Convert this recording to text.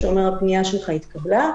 שאומר שהפנייה שלך התקבלה,